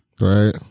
Right